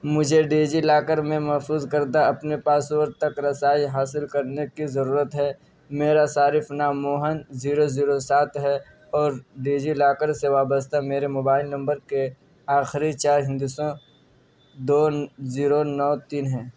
مجھے DigiLocker میں محفوظ کردہ اپنے پاسپورٹ تک رسائی حاصل کرنے کی ضرورت ہے میرا صارف نام موہن زیرو زیرو سات ہے اور ڈیجی لاکر سے وابستہ میرے موبائل نمبر کے آخری چار ہندسوں دو زیرو نو تین ہیں